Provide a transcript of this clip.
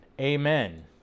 Amen